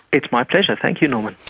it's my pleasure, thank you norman.